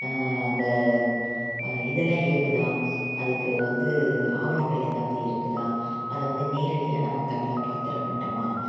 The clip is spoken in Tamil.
அந்த இதெல்லாம் இருக்குதா அதுக்கு வந்து ஆவணங்கள் ஏதாவது இருக்குதா அதை வந்து நேரடியாக நம்ம கண்ணில் பார்த்தற மாட்டோமா